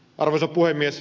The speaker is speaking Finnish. arvoisa puhemies